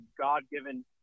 God-given